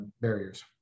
barriers